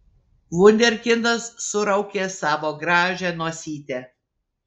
vunderkindas suraukė savo gražią nosytę